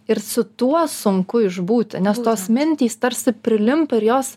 ir su tuo sunku išbūti nes tos mintys tarsi prilimpa ir jos